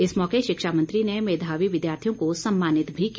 इस मौके शिक्षा मंत्री ने मेधावी विद्यार्थियों को सम्मानित भी किया